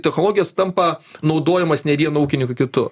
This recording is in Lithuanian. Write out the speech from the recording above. technologijos tampa naudojamos ne vieno ūkininko kitu